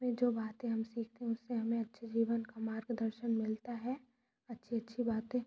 मैं जो बाते हम सीखते हैं उससे हमें अच्छे जीवन का मार्गदर्शन मिलता है अच्छी अच्छी बातें